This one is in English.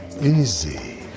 Easy